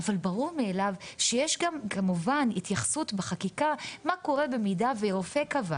כמובן שיש גם התייחסות בחקיקה למה קורה במידה ורופא קבע